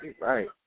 Right